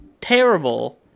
terrible